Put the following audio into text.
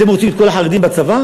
אתם רוצים את כל החרדים בצבא?